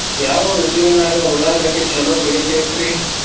ಯಾವ ಋತುವಿನಾಗ ಉಳ್ಳಾಗಡ್ಡಿ ಛಲೋ ಬೆಳಿತೇತಿ ರೇ?